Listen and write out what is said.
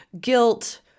guilt